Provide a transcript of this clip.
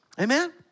Amen